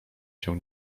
się